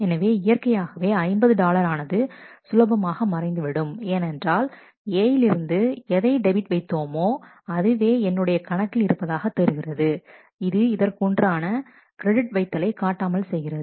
எனவே இயற்கையாகவே 50 டாலர் ஆனது சுலபமாக மறைந்துவிடும் ஏனென்றால் A யிலிருந்து எதை டெபிட் வைத்தோமே அதுவே என்னுடைய கணக்கில் இருப்பதாக தெரிகிறது இது இதற்கு உண்டான கிரெடிட் வைத்தலை காட்டாமல் செய்கிறது